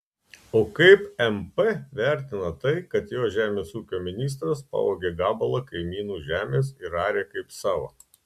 o kaip mp vertina tai kad jo žemės ūkio ministras pavogė gabalą kaimynų žemės ir arė kaip savo